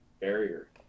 barrier